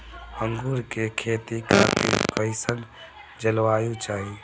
अंगूर के खेती खातिर कइसन जलवायु चाही?